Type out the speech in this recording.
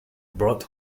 broad